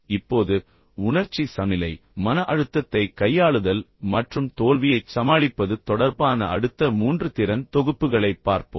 இப்போது உணர்ச்சி சமநிலை மன அழுத்தத்தைக் கையாளுதல் மற்றும் தோல்வியைச் சமாளிப்பது தொடர்பான அடுத்த 3 திறன் தொகுப்புகளைப் பார்ப்போம்